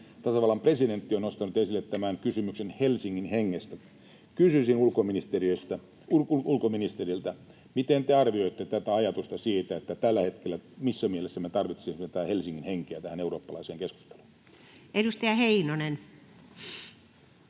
Tasavallan presidentti on nostanut esille kysymyksen ”Helsingin hengestä”. Kysyisin ulkoministeriltä, miten te arvioitte tätä ajatusta: missä mielessä tällä hetkellä me tarvitsisimme tätä Helsingin henkeä tähän eurooppalaiseen keskusteluun? Edustaja Heinonen.